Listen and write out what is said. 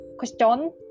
Question